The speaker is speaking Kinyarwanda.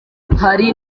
hari